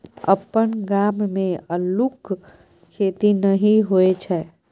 अपन गाम मे अल्लुक खेती नहि होए छै